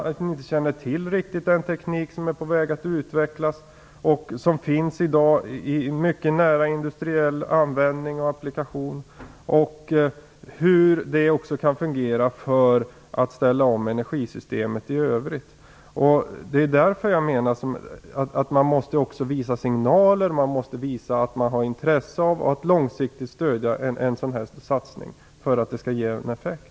Man känner inte riktigt till den teknik som är på väg att utvecklas, vilken finns i dag i mycket nära industriell användning och applikation, samt hur den också kan fungera för omställning av energisystemet i övrigt. Jag menar att man måste ge signaler om att man har intresse av att långsiktigt stödja en sådan här satsning, om den skall ge effekt.